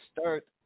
start